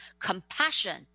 compassion